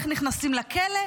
איך נכנסים לכלא,